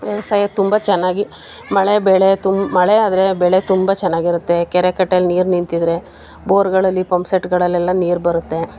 ವ್ಯವಸಾಯ ತುಂಬ ಚೆನ್ನಾಗಿ ಮಳೆ ಬೆಳೆ ತುಮ್ ಮಳೆ ಆದರೆ ಬೆಳೆ ತುಂಬ ಚೆನ್ನಾಗಿರುತ್ತೆ ಕೆರೆ ಕಟ್ಟೆಯಲ್ಲಿ ನೀರು ನಿಂತಿದ್ದರೆ ಬೋರ್ಗಳಲ್ಲಿ ಪಂಪ್ಸೆಟ್ಗಳಲ್ಲೆಲ್ಲ ನೀರು ಬರುತ್ತೆ